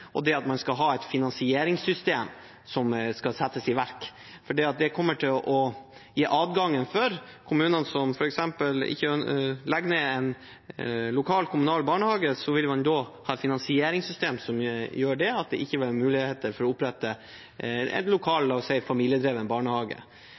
og det at man skal ha et finansieringssystem som skal settes i verk. For kommuner som f.eks. legger ned en lokal kommunal barnehage, vil man da ha et finansieringssystem som gjør at det ikke vil være muligheter for å opprette en lokal,